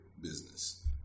business